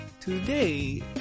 today